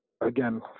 again